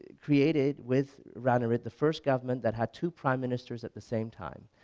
ah created with ranariddh the first government that had two prime ministers at the same time.